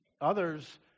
others